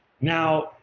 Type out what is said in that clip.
Now